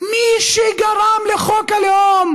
מי שגרם לחוק הלאום